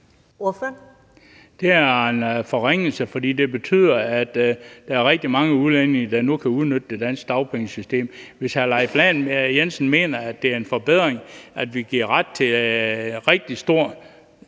Det er en forringelse, fordi det betyder, at der er rigtig mange udlændinge, der nu kan udnytte det danske dagpengesystem. Hvis hr. Leif Lahn Jensen mener, at det er en forbedring, at vi giver rigtig mange